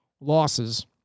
losses